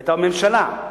את הממשלה,